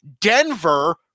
Denver